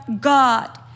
God